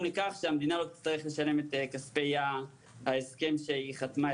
לכך שהמדינה לא תצטרך לשלם את כספי ההסכם שהיא חתמה,